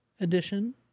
edition